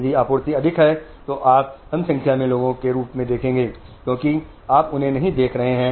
यदि आपूर्ति अधिक है तो आप कम संख्या में लोगों के रूप में देखेंगे क्योंकि आप उन्हें नहीं देख रहे हैं